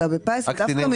אלא בפיס.